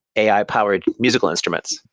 ai powered musical instruments.